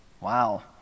Wow